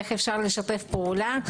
איך אפשר לשתף פעולה.